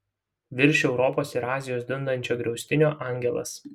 virš europos ir azijos dundančio griaustinio angelas